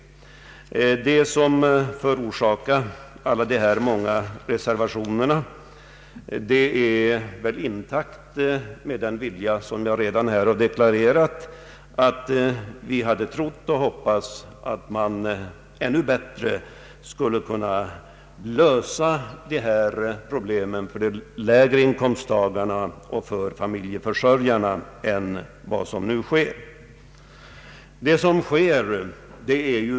De många reservationerna till utskottets utlåtande har orsakats av att vi tror och hoppas att ännu bättre kunna lösa problemen för de lägre inkomsttagarna och för familjeförsörjarna än vad som sker enligt utskottets förslag.